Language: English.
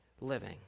living